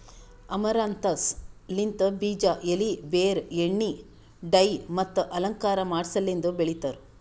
amaranthus ಲಿಂತ್ ಬೀಜ, ಎಲಿ, ಬೇರ್, ಎಣ್ಣಿ, ಡೈ ಮತ್ತ ಅಲಂಕಾರ ಮಾಡಸಲೆಂದ್ ಬೆಳಿತಾರ್